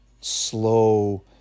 slow